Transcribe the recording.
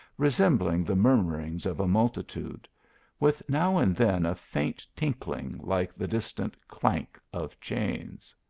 resembling the murmurings of a multitude with now and then a faint tinkling, like the distant clank of chains.